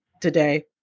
today